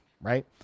Right